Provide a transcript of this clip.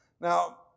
Now